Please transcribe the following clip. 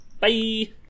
Bye